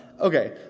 Okay